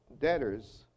debtors